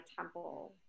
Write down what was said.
temple